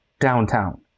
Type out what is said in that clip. downtown